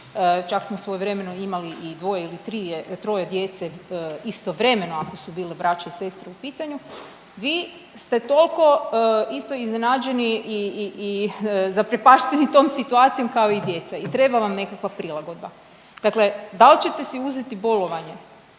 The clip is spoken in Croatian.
čak smo svojevremeno imali dvoje ili troje djece istovremeno, ako su bili braća i sestre u pitanju, vi ste toliko isto iznenađeni i zaprepašteni tom situacijom kao i djeca i treba vam nekakva prilagodba. Dakle da li ćete si uzeti bolovanje,